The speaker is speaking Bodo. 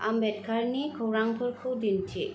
आम्बेडकारनि खौरांफोरखौ दिन्थि